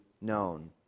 known